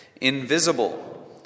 invisible